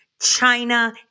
China